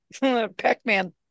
Pac-Man